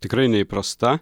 tikrai neįprasta